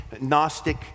Gnostic